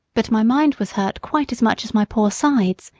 but my mind was hurt quite as much as my poor sides.